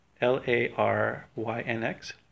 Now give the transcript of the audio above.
L-A-R-Y-N-X